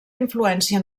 influència